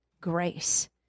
Grace